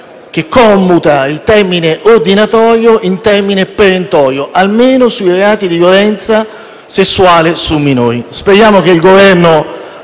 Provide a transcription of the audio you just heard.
che commuta il termine ordinatorio in perentorio, almeno sui reati di violenza sessuale sui minori. Speriamo che il Governo